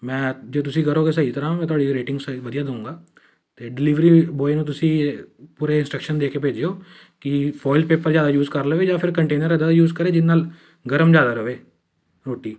ਮੈਂ ਜੇ ਤੁਸੀਂ ਕਰੋਂਗੇ ਸਹੀ ਤਾਂ ਅਰਾਮ ਨਾਲ ਤੁਹਾਡੀ ਰੇਟਿੰਗ ਸਹੀ ਵਧੀਆ ਦਊਂਗਾ ਅਤੇ ਡਿਲੀਵਰੀ ਬੋਆਏ ਨੂੰ ਤੁਸੀਂ ਪੂਰੇ ਇੰਸਟਰਕਸ਼ਨ ਦੇ ਕੇ ਭੇਜਿਓ ਕਿ ਫੋਈਲ ਪੇਪਰ ਜ਼ਿਆਦਾ ਯੂਜ ਕਰ ਲਵੇ ਜਾਂ ਫਿਰ ਕੰਟੇਨਰ ਇੱਦਾਂ ਦਾ ਯੂਜ਼ ਕਰੇ ਜਿਹਦੇ ਨਾਲ ਗਰਮ ਜ਼ਿਆਦਾ ਰਵੇ ਰੋਟੀ